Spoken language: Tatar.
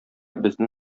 безнең